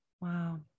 Wow